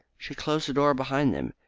she closed the door behind them,